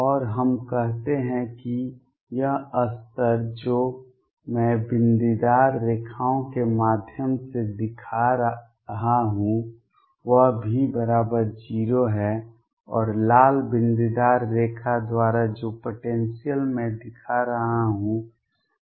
और हम कहते हैं कि यह स्तर जो मैं बिंदीदार रेखाओं के माध्यम से दिखा रहा हूं वह V 0 है और लाल बिंदीदार रेखा द्वारा जो पोटेंसियल मैं दिखा रहा हूं वह V है